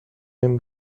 این